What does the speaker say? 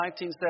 1970